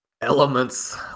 elements